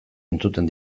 entzuten